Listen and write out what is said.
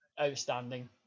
outstanding